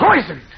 poisoned